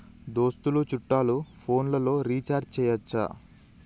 దోస్తులు చుట్టాలు ఫోన్లలో రీఛార్జి చేయచ్చా?